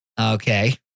Okay